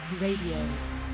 Radio